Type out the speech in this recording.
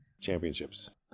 championships